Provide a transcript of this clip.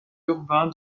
urbain